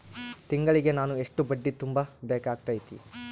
ತಿಂಗಳಿಗೆ ನಾನು ಎಷ್ಟ ಬಡ್ಡಿ ತುಂಬಾ ಬೇಕಾಗತೈತಿ?